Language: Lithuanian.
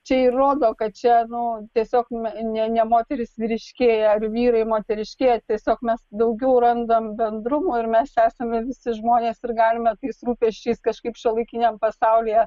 čia ir rodo kad čia nu tiesiog ne ne moterys vyriškėja ar vyrai moteriškėja tiesiog mes daugiau randam bendrumo ir mes čia esame visi žmonės ir galime tais rūpesčiais kažkaip šiuolaikiniam pasaulyje